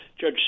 Judge